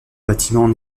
bâtiment